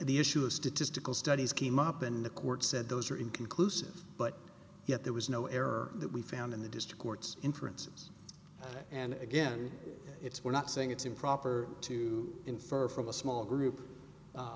the issue of statistical studies came up and the court said those are inconclusive but yet there was no error that we found in the district court's inferences and again it's we're not saying it's improper to infer from a small group